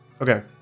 Okay